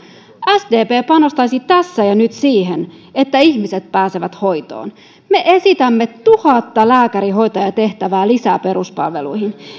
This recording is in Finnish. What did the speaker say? sdp panostaisi tässä ja nyt siihen että ihmiset pääsevät hoitoon me esitämme tuhatta lääkäri ja hoitajatehtävää lisää peruspalveluihin